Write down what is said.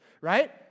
right